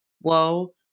whoa